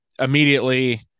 immediately